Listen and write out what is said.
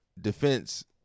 defense